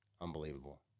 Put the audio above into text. unbelievable